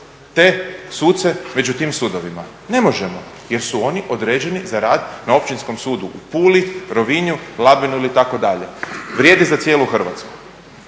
te suce među tim sudovima, ne možemo, jer su oni određeni za rad na Općinskom sudu u Puli, Rovinju, Labinu ili tako dalje. Vrijedi za cijelu Hrvatsku.